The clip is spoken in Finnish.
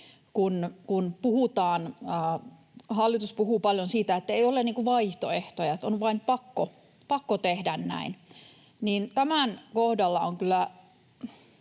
Kun hallitus puhuu paljon siitä, ettei ole vaihtoehtoja, että on vain pakko tehdä näin, niin tämä on yksi